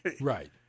Right